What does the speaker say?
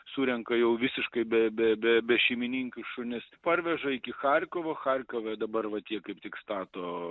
surenka jau visiškai be be be bešeimininkius šunis parveža iki charkovo charkove dabar vat jie kaip tik stato